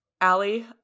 Allie